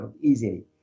easily